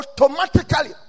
Automatically